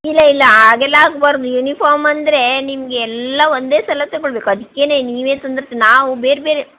ಇಲ್ಲ ಇಲ್ಲ ಆಗೆಲ್ಲ ಆಗ್ಬಾರ್ದು ಯುನಿಫಾರ್ಮ್ ಅಂದರೆ ನಿಮಗೆಲ್ಲ ಒಂದೇ ಸಲ ತಗೊಳ್ಬೇಕು ಅದಕ್ಕೆನೆ ನೀವೆ ತಂದರೆ ನಾವು ಬೇರೆ ಬೇರೆ